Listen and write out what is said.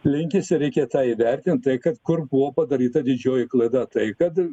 linkęs ir reikia tą įvertint tai kad kur buvo padaryta didžioji klaida tai kad